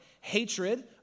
hatred